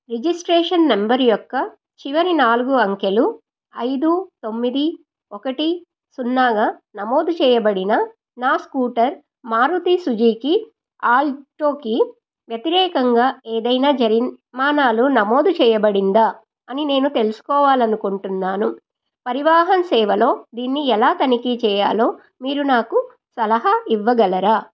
registration number యొక్క చివరి నాలుగు అంకెలు ఐదు తొమ్మిది ఒకటి సున్నాగా నమోదు చేయబడిన నా స్కూటర్ మారుతి సుజూకి ఆల్టోకి వ్యతిరేకంగా ఏదైనా జరిమానాలు నమోదు చేయబడిందా అని నేను తెలుసుకోవాలనుకుంటున్నాను పరివాహన్ సేవలో దీన్ని ఎలా తనిఖీ చేయాలో మీరు నాకు సలహా ఇవ్వగలరా